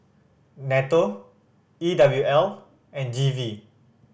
nATO E W L and G V